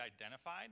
identified